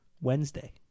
Wednesday